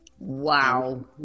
Wow